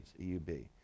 EUB